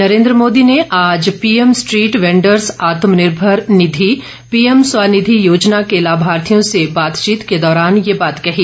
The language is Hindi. नरेन्द्र मोदी ने आज PM street vendors Atmanirbhar Nidhi P M Swanidhi योजना के लाभार्थियों से बातचीत के दौरान यह बात कही